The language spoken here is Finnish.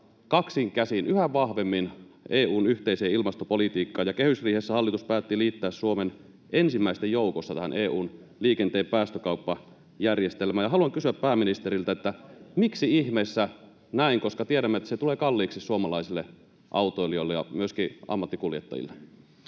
kaksin käsin yhä vahvemmin EU:n yhteiseen ilmastopolitiikkaan, ja kehysriihessä hallitus päätti liittää Suomen ensimmäisten joukossa tähän EU:n liikenteen päästökauppajärjestelmään. Haluan kysyä pääministeriltä, miksi ihmeessä näin, koska tiedämme, että se tulee kalliiksi suomalaisille autoilijoille ja myöskin ammattikuljettajille.